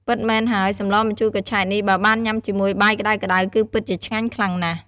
ពិតមែនហើយ សម្លម្ជូរកញ្ឆែតនេះ បើបានញ៉ាំជាមួយបាយក្តៅៗ គឺពិតជាឆ្ងាញ់ខ្លាំងណាស់។